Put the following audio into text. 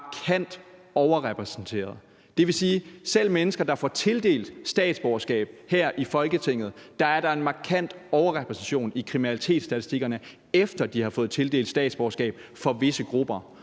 markant overrepræsenteret. Det vil sige, at selv for mennesker, der får tildelt statsborgerskab her i Folketinget, er der en markant overrepræsentation i kriminalitetsstatistikkerne, efter de har fået tildelt statsborgerskab – for visse grupper.